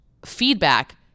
feedback